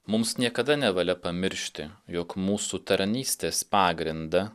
mums niekada nevalia pamiršti jog mūsų tarnystės pagrindą